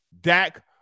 Dak